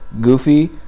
goofy